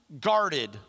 guarded